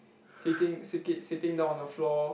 sitting sikit~ sitting down on the floor